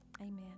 Amen